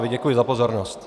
Děkuji za pozornost.